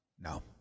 No